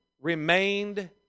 remained